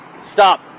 Stop